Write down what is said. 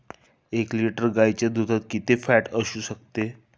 एक लिटर गाईच्या दुधात किती फॅट असू शकते?